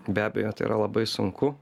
be abejo tai yra labai sunku